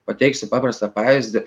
pateiksiu paprastą pavyzdį